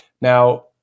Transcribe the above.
Now